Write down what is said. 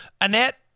Annette